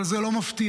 אבל זה לא מפתיע.